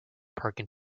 parking